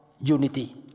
unity